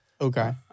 Okay